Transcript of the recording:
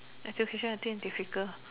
education I think is difficult